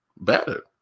better